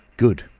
good,